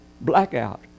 blackout